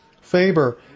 Faber